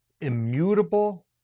immutable